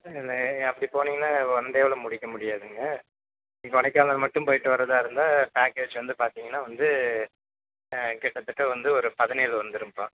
இல்லயில்ல அப்படி போனீங்கன்னா ஒன் டேவில் முடிக்க முடியாதுங்க கொடைக்கானல் மட்டும் போய்ட்டு வரதா இருந்தால் பேக்கேஜ் வந்து பார்த்தீங்கன்னா வந்து கிட்ட தட்ட வந்து ஒரு பதினேழு வந்துடும்ப்பா